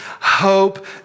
hope